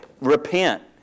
Repent